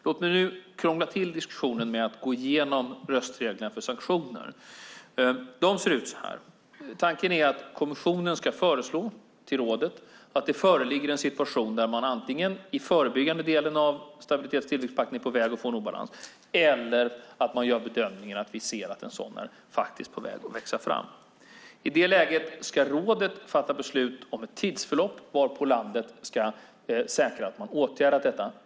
Låt mig nu krångla till diskussionen med att gå igenom röstreglerna för sanktioner: Tanken är att kommissionen ska föreslå till rådet att det föreligger en situation där man antingen i den förebyggande delen av stabilitets och tillväxtpakten är på väg att få en obalans eller att man gör bedömningen att vi ser att en sådan obalans är på väg att växa fram. I det läget ska rådet fatta beslut om ett tidsförlopp, varpå landet ska säkra att man åtgärdat detta.